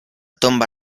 tomba